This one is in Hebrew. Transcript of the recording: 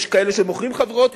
יש כאלה שמוכרים חברות,